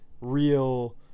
real